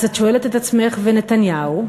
אז את שואלת את עצמך: ונתניהו?